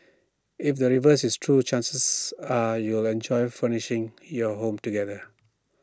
if the reverse is true chances are you'll enjoy furnishing your home together